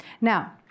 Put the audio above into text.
Now